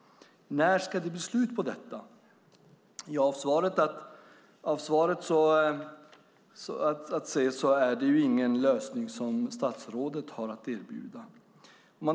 När ska det bli slut på detta? Av svaret att döma har statsrådet ingen lösning att erbjuda.